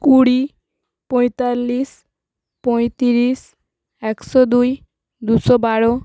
কুড়ি পঁয়তাল্লিশ পঁয়তিরিশ একশো দুই দুশো বারো